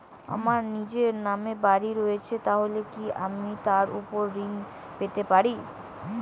আমার নিজের নামে বাড়ী রয়েছে তাহলে কি আমি তার ওপর ঋণ পেতে পারি?